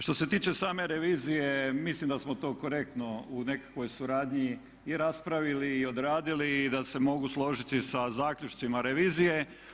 Što se tiče same revizije, mislim da smo to korektno u nekakvoj suradnji i raspravili i odradili da se mogu složiti sa zaključcima revizije.